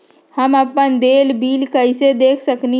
हम अपन देल बिल कैसे देख सकली ह?